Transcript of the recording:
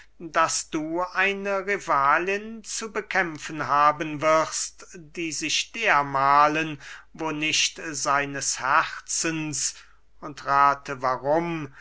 daß du eine rivalin zu bekämpfen haben wirst die sich dermahlen wo nicht seines herzens und rathe